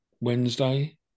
Wednesday